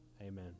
Amen